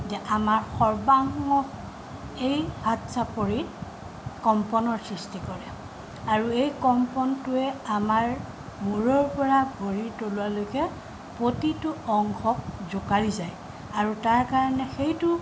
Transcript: যে আমাৰ সৰ্বাংগ এই হাত চাপৰি কম্পনৰ সৃষ্টি কৰে আৰু এই কম্পনটোৱে আমাৰ মূৰৰ পৰা ভৰিৰ তলুৱালৈকে প্ৰতিটো অংশক জোকাৰি যায় আৰু তাৰ কাৰণে সেইটো